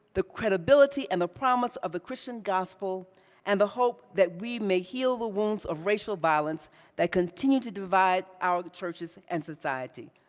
the credibility and the promise of the christian gospel and the hope that we may heal the wounds of racial violence that continue to divide our churches and society,